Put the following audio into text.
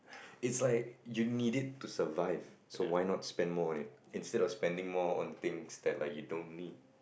it's like you need it to survive so why not spend more on it instead of spending more on things that like you don't need